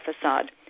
facade